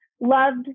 Loved